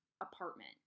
apartment